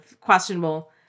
questionable